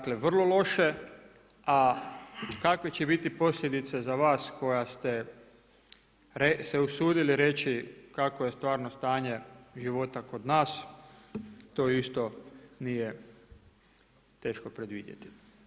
Dakle, vrlo loše, a kakve će biti posljedice za vas, koja ste se usudili reći, kakvo je stvarno stanje života kod nas, to isto nije teško predvidjeti.